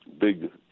big